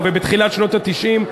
ובתחילת שנות ה-90,